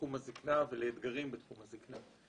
בתחום הזקנה ולאתגרים בתחום הזקנה.